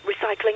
recycling